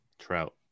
Trout